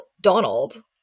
Donald